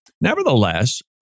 Nevertheless